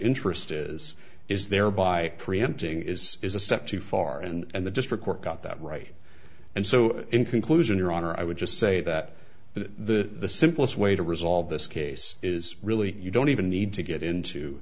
interest is is there by preempting is is a step too far and the district court got that right and so in conclusion your honor i would just say that the simplest way to resolve this case is really you don't even need to get into